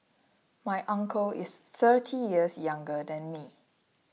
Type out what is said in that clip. my uncle is thirty years younger than me